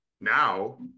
now